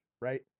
right